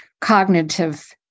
cognitive